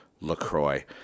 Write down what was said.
LaCroix